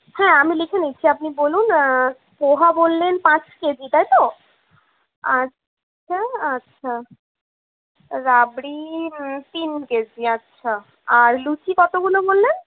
হ্যাঁ আমি লিখে নিচ্ছি আপনি বলুন পোহা বললেন পাঁচ কেজি তাই তো আচ্ছা আচ্ছা আর রাবড়ি তিন কেজি আচ্ছা আর লুচি কতগুলো বললেন